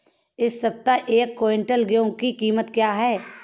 इस सप्ताह एक क्विंटल गेहूँ की कीमत क्या है?